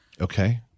Okay